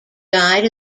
died